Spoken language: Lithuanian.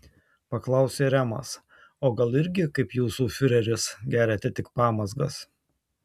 paklausė remas o gal irgi kaip jūsų fiureris geriate tik pamazgas